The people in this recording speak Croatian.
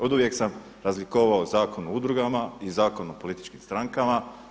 Oduvijek sam razlikovao Zakon o udrugama i Zakon o političkim strankama.